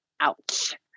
ouch